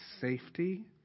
safety